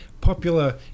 popular